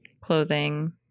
clothing